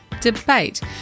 debate